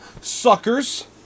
suckers